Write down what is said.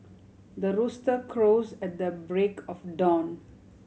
the rooster crows at the break of dawn